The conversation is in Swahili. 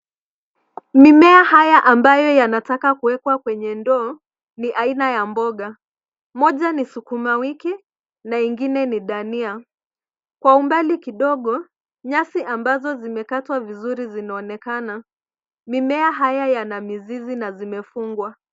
Mimea haya ambayo yanataka kuekwa kwenye ndoo, ni aina ya mboga. Moja ni sukuma wiki na ingine ni dania. Kwa umbali kidogo , nyasi ambazo zimekatwa vizuri zinaonekana. Mimea haya yana mizizi na zimefungwa.